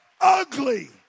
ugly